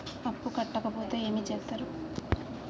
అప్పు కట్టకపోతే ఏమి చేత్తరు?